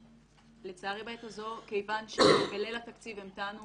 לצערי בעת הזו, כיוון שבליל התקציב חיכינו